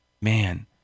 Man